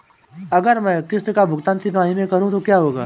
अगर मैं किश्त का भुगतान तिमाही में करूं तो क्या होगा?